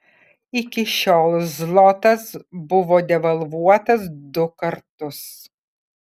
iki šiol zlotas buvo devalvuotas du kartus